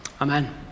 amen